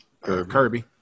Kirby